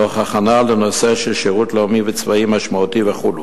תוך הכנה לנושא של שירות לאומי וצבאי משמעותי וכו'.